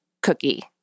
cookie